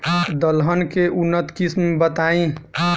दलहन के उन्नत किस्म बताई?